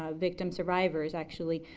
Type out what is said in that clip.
um victim survivors, actually,